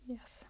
Yes